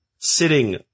sitting